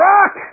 Rock